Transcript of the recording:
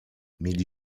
mieli